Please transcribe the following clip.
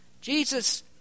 Jesus